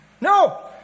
No